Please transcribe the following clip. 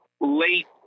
late